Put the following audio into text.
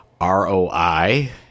ROI